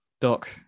Doc